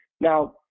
Now